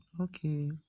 okay